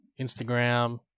Instagram